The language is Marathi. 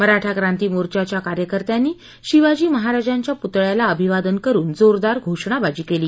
मराठा क्रांती मोर्चाच्या कार्यकर्त्यांनी शिवाजी महाराजांच्या पुतळ्याला अभिवादन करून जोरदार घोषणाबाजी केली